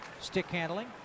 stick-handling